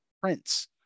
prints